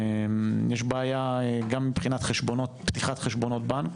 יש בעיה גם מבחינת פתיחת חשבונות בנק